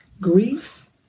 Grief